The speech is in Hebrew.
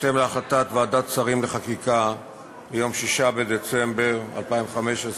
בהתאם להחלטת ועדת שרים לחקיקה ביום 6 בדצמבר 2015,